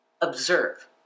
Observe